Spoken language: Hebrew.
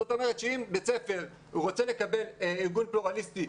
זאת אומרת שאם בית ספר רוצה לקבל ארגון פלורליסטי,